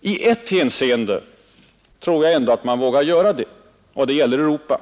I ett hänseende tror jag ändock man vågar göra det. Det gäller Europa.